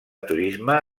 turisme